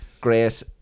great